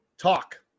Talk